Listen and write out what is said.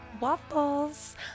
Waffles